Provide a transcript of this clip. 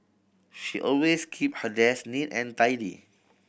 she always keep her desk neat and tidy